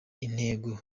intego